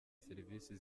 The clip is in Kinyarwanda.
serivisi